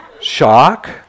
shock